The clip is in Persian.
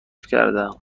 کردهام